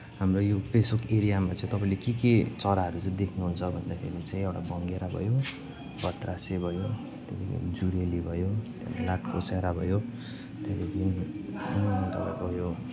हाम्रो यो पेसोक एरियामा चाहिँ तपाईँले के के चराहरू चाहिँ देख्नुहुन्छ भन्दाखेरि चाहिँ एउटा भँगेरा भयो भत्रासे भयो त्यहाँदेखि जुरेली भयो त्यहाँदेखि लाटकोसेरा भयो त्यहाँदेखि